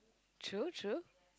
true true